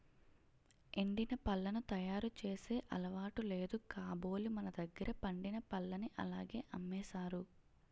ఎండిన పళ్లను తయారు చేసే అలవాటు లేదు కాబోలు మనదగ్గర పండిన పల్లని అలాగే అమ్మేసారు